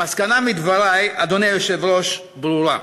המסקנה מדברי, אדוני היושב-ראש, ברורה: